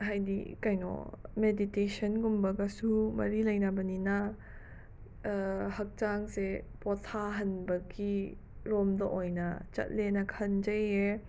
ꯍꯥꯏꯗꯤ ꯀꯩꯅꯣ ꯃꯦꯗꯤꯇꯦꯁꯟ ꯒꯨꯝꯕꯒꯁꯨ ꯃꯔꯤ ꯂꯩꯅꯕꯅꯤꯅ ꯍꯛꯆꯥꯡꯁꯦ ꯄꯣꯊꯥꯍꯟꯕꯒꯤ ꯔꯣꯝꯗ ꯑꯣꯏꯅ ꯆꯠꯂꯦꯅ ꯈꯟꯖꯩꯌꯦ